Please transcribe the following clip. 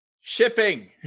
Shipping